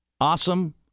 awesome